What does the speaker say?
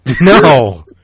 No